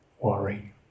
worry